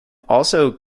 also